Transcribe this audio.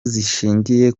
zishingiye